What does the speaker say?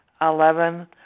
Eleven